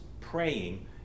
praying